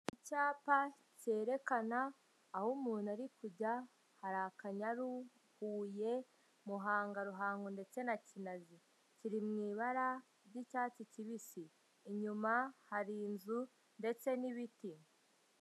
Icyapa cyerekana aho umuntu ari kujya, hari Akanyaru, Huye, Muhanga, Ruhango ndetse na Kinazi, kiri mu ibara ry'icyatsi kibisi, inyuma hari inzu ndetse n'ibiti.